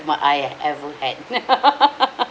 mm I uh ever had